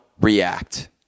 react